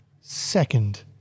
second